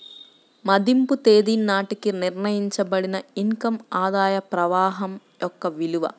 మదింపు తేదీ నాటికి నిర్ణయించబడిన ఇన్ కమ్ ఆదాయ ప్రవాహం యొక్క విలువ